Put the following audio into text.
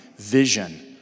vision